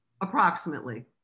approximately